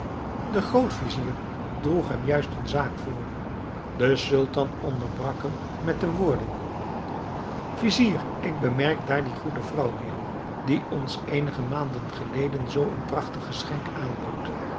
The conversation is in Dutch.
de grootvizier droeg hem juist een zaak voor de sultan onderbrak hem met de woorden vizier ik bemerk daar die goede vrouw weer die ons eenige maanden geleden zoo een prachtig geschenk aanbood